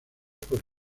por